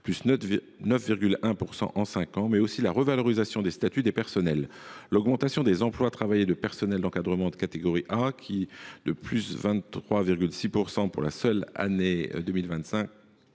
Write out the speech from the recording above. de 9,1 % en cinq ans, mais aussi la revalorisation des statuts des personnels. L’augmentation des emplois travaillés du personnel d’encadrement de catégorie A, en hausse de 23,6 % pour la seule année 2025,